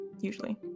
usually